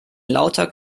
lauter